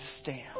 stand